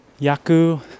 yaku